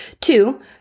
Two